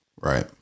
Right